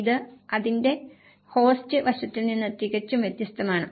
ഇത് അതിന്റെ ഹോസ്റ്റ് വശത്തിൽ നിന്ന് തികച്ചും വ്യത്യസ്തമാണ്